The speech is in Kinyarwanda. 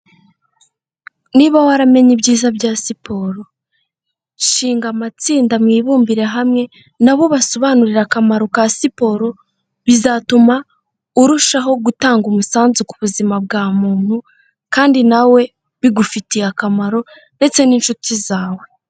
Niba waramenye ibyiza bya siporo, shinga amatsinda mwibumbire hamwe na bo ubasobanurire akamaro ka siporo bizatuma urushaho gutanga umusanzu ku buzima bwa muntu, kandi nawe bigufitiye akamaro ndetse n'inshuti zawe.